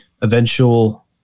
eventual